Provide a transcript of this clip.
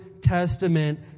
Testament